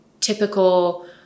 typical